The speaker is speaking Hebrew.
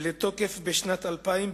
לתוקף בשנת 2000,